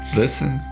listen